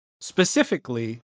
Specifically